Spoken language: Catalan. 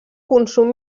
consum